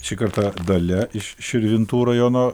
šį kartą dalia iš širvintų rajono